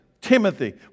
Timothy